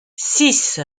six